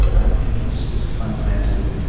and i think it's it's a fundamental